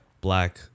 black